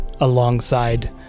alongside